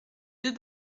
deux